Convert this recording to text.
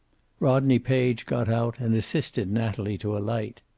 rodney page got out, and assisted natalie to alight.